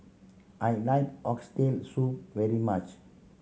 I like Oxtail Soup very much